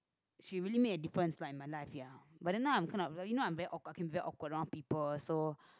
she really made a difference like in my life ya but then now I'm kind of you know I'm very odd talking very odd around people so